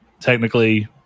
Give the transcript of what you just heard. Technically